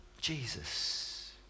Jesus